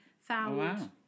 found